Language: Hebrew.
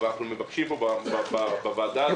אבל אנחנו מבקשים פה בוועדה הזאת